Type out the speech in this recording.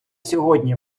сьогодні